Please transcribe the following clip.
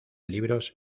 libros